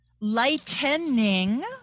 Lightening